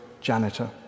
janitor